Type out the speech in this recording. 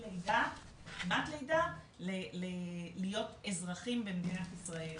כמעט לידה להיות אזרחים במדינת ישראל,